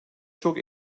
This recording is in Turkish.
çok